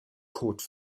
code